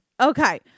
Okay